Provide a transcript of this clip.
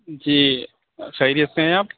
جی خیریت سے ہیں آپ